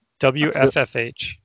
WFFH